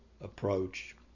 approach